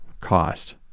cost